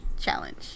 challenge